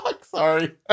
sorry